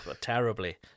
Terribly